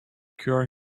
cure